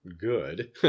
good